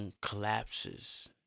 collapses